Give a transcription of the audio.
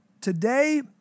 today